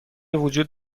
وجود